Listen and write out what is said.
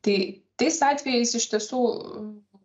tai tais atvejais iš tiesų